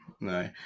no